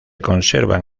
conservan